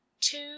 Two